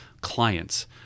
clients